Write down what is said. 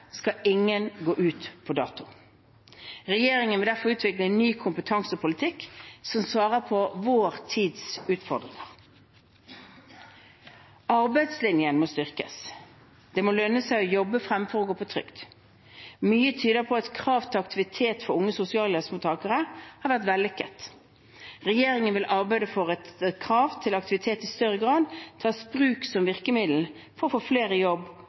skal ingen gå ut på dato. Regjeringen vil derfor utvikle en ny kompetansepolitikk som svarer på vår tids utfordringer. Arbeidslinjen må styrkes. Det må lønne seg å jobbe fremfor å gå på trygd. Mye tyder på at krav til aktivitet for unge sosialhjelpsmottakere har vært vellykket. Regjeringen vil arbeide for at krav til aktivitet i større grad tas i bruk som virkemiddel for å få flere i jobb